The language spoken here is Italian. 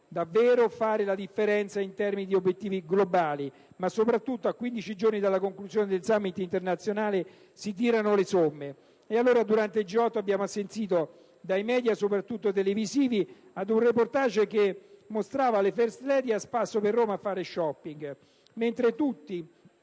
davvero fare la differenza in termini di obiettivi globali. Ma soprattutto, a 15 giorni dalla conclusione del *summit* internazionale, si tirano le somme. Durante il G8 abbiamo assistito, dai *media* soprattutto televisivi, ad un *reportage* che mostrava le *first ladies* a spasso per Roma a fare *shopping*, mentre tutti